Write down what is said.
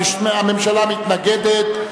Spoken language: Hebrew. הממשלה מתנגדת,